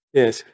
yes